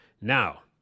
Now